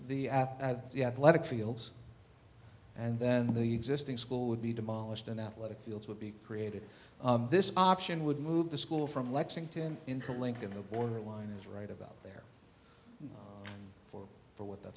app at the athletic fields and then the existing school would be demolished and athletic fields would be created this option would move the school from lexington into lincoln the borderline is right about there for for what that